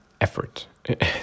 effort